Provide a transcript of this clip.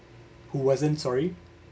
who wasn't sorry